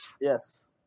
yes